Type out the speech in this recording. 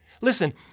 Listen